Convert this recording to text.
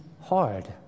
hard